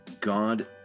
God